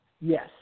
Yes